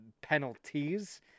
penalties